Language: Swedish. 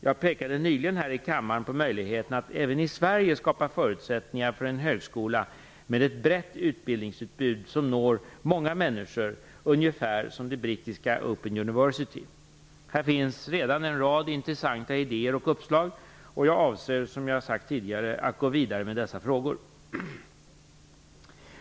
Jag pekade nyligen här i kammaren på möjligheten att även i Sverige skapa förutsättningar för en högskola med ett brett utbildningsutbud som når många människor ungefär som det brittiska Open University. Här finns redan en rad intressanta idéer och uppslag, och jag avser att gå vidare med dessa frågor.